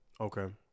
Okay